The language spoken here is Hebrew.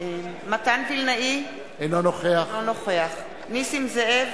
מתן וילנאי, אינו נוכח נסים זאב,